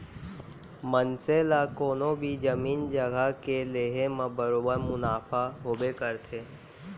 मनसे ला कोनों भी जमीन जघा के लेहे म बरोबर मुनाफा होबे करथे